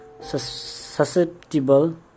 susceptible